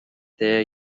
there